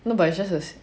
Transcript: no but it's just a